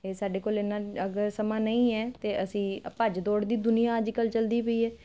ਇਹ ਸਾਡੇ ਕੋਲ ਇਨਾ ਅਗਰ ਸਮਾਂ ਨਹੀਂ ਹੈ ਤੇ ਅਸੀਂ ਭੱਜ ਦੌੜ ਦੀ ਦੁਨੀਆਂ ਅੱਜਕਲ ਜਲਦੀ ਪਈ ਐ